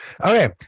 Okay